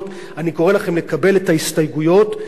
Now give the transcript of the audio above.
אני קורא לכם לקבל את ההסתייגויות ולתקן